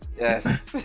Yes